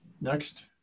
Next